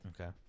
Okay